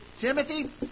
Timothy